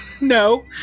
No